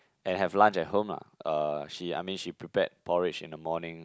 and have lunch at home lah uh she I mean she prepared porridge in the morning